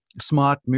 smart